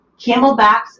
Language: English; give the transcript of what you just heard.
Camelback's